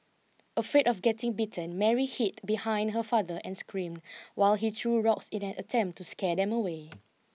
afraid of getting bitten Mary hid behind her father and screamed while he threw rocks in an attempt to scare them away